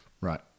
Right